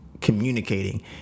communicating